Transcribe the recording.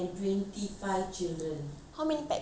how many pax like uh staff do you all have now